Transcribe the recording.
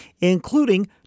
including